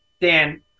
Dan